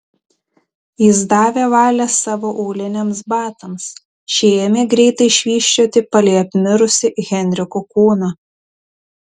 jis davė valią savo auliniams batams šie ėmė greitai švysčioti palei apmirusį henriko kūną